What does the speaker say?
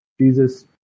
Jesus